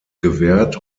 gewährt